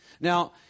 Now